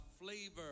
flavor